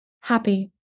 happy